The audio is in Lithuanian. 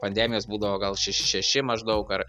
pandemijos būdavo gal še šeši maždaug ar